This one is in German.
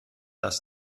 das